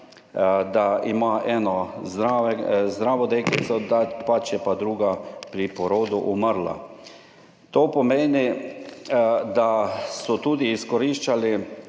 da ima eno zdravo deklico, da je pa druga pri porodu umrla. To pomeni, da so izkoriščali